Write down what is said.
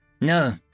No